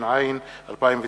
התש"ע 2009,